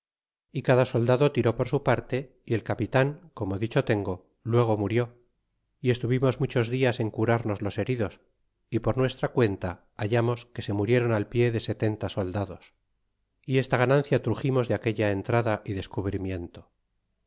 y cada soldado tiró por su parte y el capitan como dicho tengo luego murió y estuvimos muchos dias en curarnos los heridos y por nuestra cuenta hallamos que se murieron al pie de setenta soldados y esta ganancia truximos de aquella entrada y descubrimiento